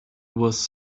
was